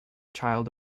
child